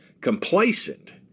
complacent